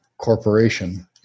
corporation